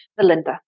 Melinda